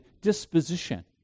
disposition